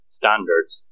standards